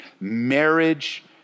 marriage